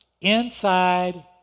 Inside